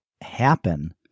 happen